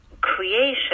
creation